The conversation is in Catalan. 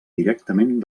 directament